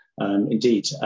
Indeed